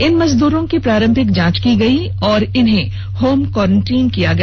इन मजदूरों की प्रारंभिक जाँच की गयी और उनको होम क्वारेंटाइन किया गया